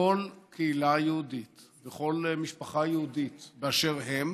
בכל קהילה יהודית ובכל משפחה יהודית באשר הן